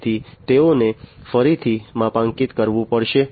તેથી તેઓને ફરીથી માપાંકિત કરવું પડશે